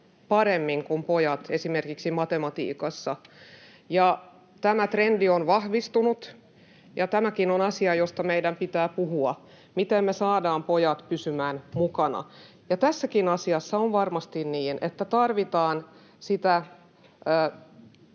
paremmin kuin pojat esimerkiksi matematiikassa. Tämä trendi on vahvistunut, ja tämäkin on asia, josta meidän pitää puhua: miten me saadaan pojat pysymään mukana. Ja tässäkin asiassa on varmasti niin, että tarvitaan sitä